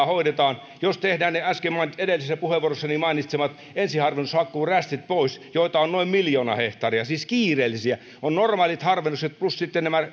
hoidetaan niin jos tehdään ne edellisessä puheenvuorossani mainitsemani ensiharvennushakkuurästit pois joita on noin miljoona hehtaaria kiireellisiä on normaalit harvennukset plus sitten